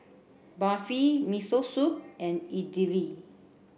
Barfi Miso Soup and Idili